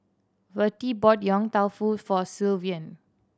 Vertie bought Yong Tau Foo for Sylvan